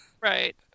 right